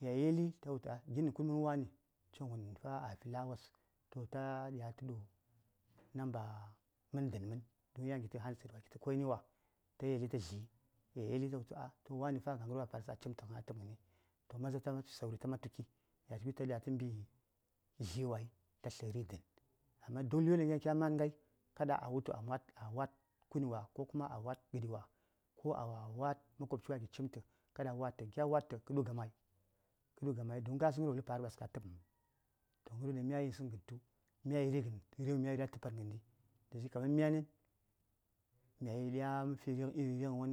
Ya yeli ta wultu gin nə kunmən wani coŋvon fa a fi lawos toh ta ɗiya ta ɗu number mən dən mən don yan kitə handset kitə koni wa ta yeli tə dli ya yeli tə wultu wani fa ga ghərwon ɗan a kasanche yanghəni toh maza taman fi sauri ta man tuki toh taman mbi dlyi wai tə tləri dən amma duk ləb won ɗaŋ kya man ghəi kada a wultu a wa:d kuni wa ko kuma a wa:d gəɗi wa ko a wa:d makobci wa ki cimtə kad a wa:d tən kya wa:d tə kə ɗu gamai kə ɗu gamai don ka yisəŋ gəndaŋ wosəŋ far ɓaskə a datəpm huŋ toh gəryo daŋ mya yisəŋ gən tu mya yeli gən a təpan daŋ mya ri ghai ghəndi tə wultu kaman myanən myayi ɗiya məfi rigɦn iri righən won